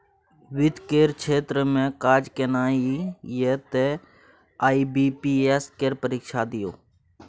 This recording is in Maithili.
वित्त केर क्षेत्र मे काज केनाइ यै तए आई.बी.पी.एस केर परीक्षा दियौ